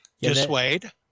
dissuade